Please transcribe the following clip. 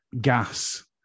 gas